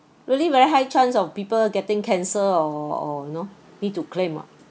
really very high chance of people getting cancer or or you know need to claim oh